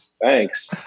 thanks